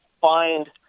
find